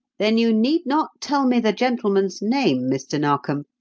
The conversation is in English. then you need not tell me the gentleman's name, mr. narkom,